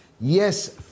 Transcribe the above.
yes